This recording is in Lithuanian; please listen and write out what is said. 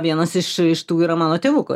vienas iš iš tų yra mano tėvuko